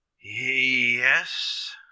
Yes